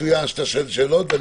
מצוין שאתה שואל שאלות.